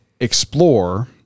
explore